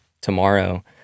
tomorrow